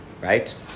right